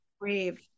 brave